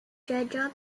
gregor